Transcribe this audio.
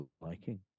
liking